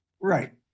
Right